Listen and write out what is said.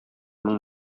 мең